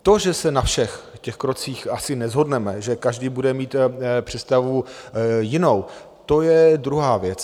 To, že se na všech těch krocích asi neshodneme, že každý bude mít představu jinou, to je druhá věc.